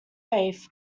faith